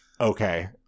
Okay